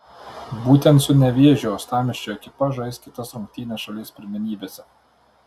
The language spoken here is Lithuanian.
būtent su nevėžiu uostamiesčio ekipa žais kitas rungtynes šalies pirmenybėse